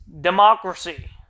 democracy